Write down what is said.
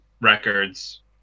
records